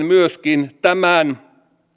myöskin tämän